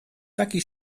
taki